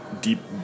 deep